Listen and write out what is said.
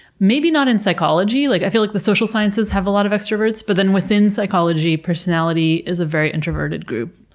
maybe not in psychology. like i feel like the social sciences have a lot of extroverts, but within psychology, personality is a very introverted group,